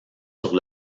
sur